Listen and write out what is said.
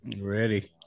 Ready